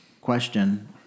question